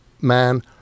man